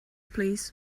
plîs